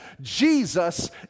Jesus